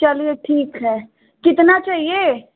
चलिए ठीक है कितना चाहिए